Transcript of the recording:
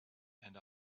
and